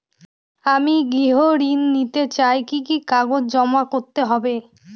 আমি গৃহ ঋণ নিতে চাই কি কি কাগজ জমা করতে হবে?